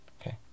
Okay